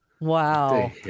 Wow